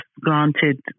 granted